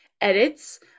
edits